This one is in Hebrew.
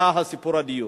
היה סיפור הדיור.